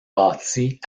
bâties